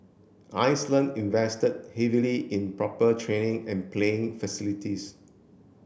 Iceland invested heavily in proper training and playing facilities